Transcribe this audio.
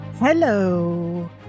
Hello